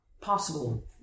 possible